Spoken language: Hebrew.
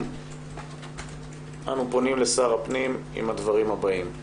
לסיכום, אנו פונים לשר הפנים עם הדברים הבאים: